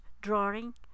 drawing